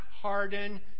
harden